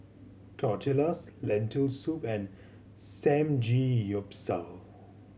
Tortillas Lentil Soup and Samgeyopsal